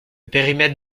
périmètre